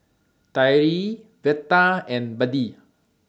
Tyree Veta and Buddy